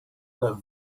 that